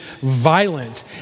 violent